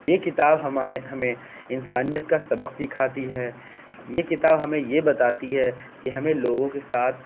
یہ کتاب ہمارے ہمیں انسانیت کا سبق سکھاتی ہے یہ کتاب ہمیں یہ بتاتی ہے کہ ہمیں لوگوں کے ساتھ